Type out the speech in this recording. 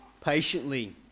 patiently